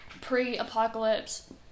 pre-apocalypse